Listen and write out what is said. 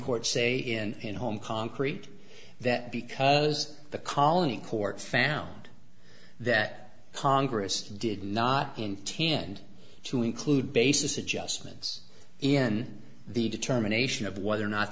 court say and home concrete that because the colony court found that congress did not intend to include basis adjustments in the determination of whether or not